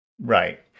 Right